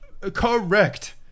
Correct